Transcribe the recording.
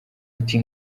uti